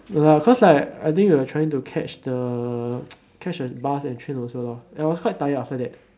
no lah because like I think we're trying to catch the catch the bus and train also lor and I was quite tired after that